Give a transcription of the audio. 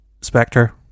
Spectre